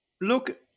Look